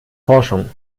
forschung